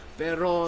pero